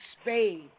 Spade